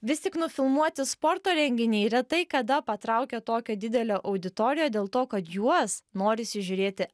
vis tik nufilmuoti sporto renginiai retai kada patraukia tokią didelę auditoriją dėl to kad juos norisi žiūrėti